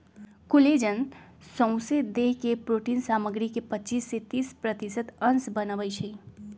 collagen सौसे देह के प्रोटिन सामग्री के पचिस से तीस प्रतिशत अंश बनबइ छइ